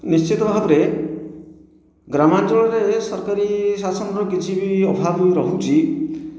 ନିଶ୍ଚିତ ଭାବରେ ଗ୍ରାମାଞ୍ଚଳରେ ସରକାରୀ ଶାସନର କିଛି ବି ଅଭାବ ବି ରହୁଛି